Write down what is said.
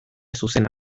zuzena